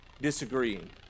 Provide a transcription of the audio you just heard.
disagreeing